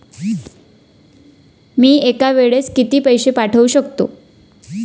मी एका वेळेस किती पैसे पाठवू शकतो?